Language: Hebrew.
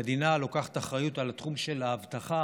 המדינה לוקחת אחריות על תחום האבטחה